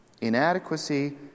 Inadequacy